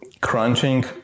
crunching